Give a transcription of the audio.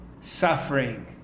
suffering